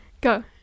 go